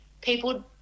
people